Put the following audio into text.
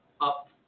up